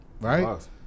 Right